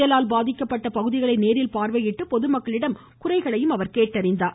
புயலால் பாதிக்கப்பட்ட பகுதிகளை நேரில் பார்வையிட்டு பொதுமக்களிடம் குறைகளையும் முதலமைச்சர் கேட்டறிந்தார்